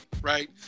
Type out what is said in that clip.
right